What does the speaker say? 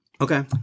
Okay